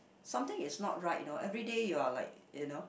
something is not right you know everyday you are like you know